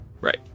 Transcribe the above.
Right